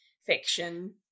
fiction